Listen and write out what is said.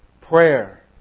Prayer